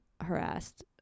harassed